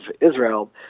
Israel